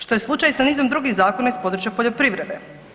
Što je slučaj sa nizom drugih zakona iz područja poljoprivrede.